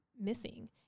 missing